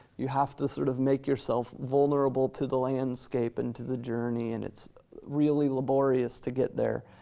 you have to sort of make yourself vulnerable to the landscape and to the journey, and it's really laborious to get there.